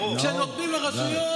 כשנותנים לרשויות,